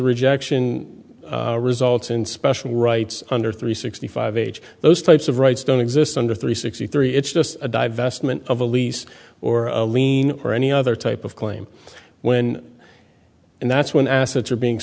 rejection results in special rights under three sixty five age those types of rights don't exist under three sixty three it's just a divestment of a lease or a lien or any other type of claim when and that's when assets are being